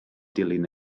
dilyn